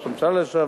ראש הממשלה לשעבר,